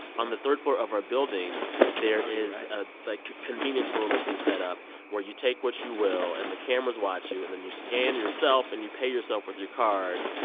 on the third floor of our there is a, like, convenience-store-looking setup where you take what you will. and the cameras watch you, and then you scan yourself and you pay yourself with your card.